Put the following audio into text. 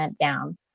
down